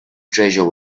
treasure